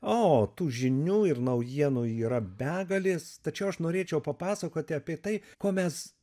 o tų žinių ir naujienų yra begalės tačiau aš norėčiau papasakoti apie tai ko mes